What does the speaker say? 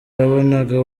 babonaga